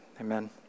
amen